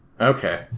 Okay